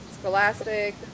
Scholastic